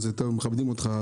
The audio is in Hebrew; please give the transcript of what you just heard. אז הם מכבדים אותך,